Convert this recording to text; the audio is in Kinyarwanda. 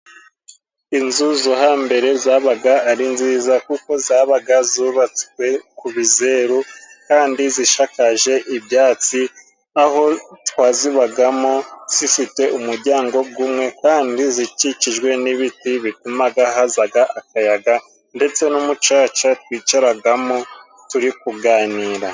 Inzu zo hambere zabaga ari nziza kuko zabaga zubatswe ku bizeru kandi zishakaje ibyatsi aho twazibagamo zifite umuryango gumwe kandi zikikijwe n'ibiti bitumaga hazaga akayaga ndetse n'umucaca twicaragamo turi kuganira.